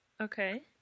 Okay